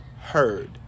heard